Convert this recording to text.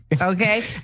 Okay